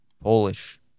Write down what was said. Polish